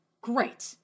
great